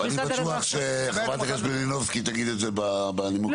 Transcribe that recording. אני בטוח שחברת הכנסת מלינובסקי תגיד את זה בנימוק שלה,